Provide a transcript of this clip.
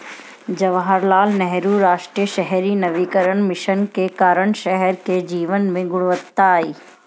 जवाहरलाल नेहरू राष्ट्रीय शहरी नवीकरण मिशन के कारण शहर के जीवन में गुणवत्ता आई